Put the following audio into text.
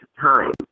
time